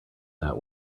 that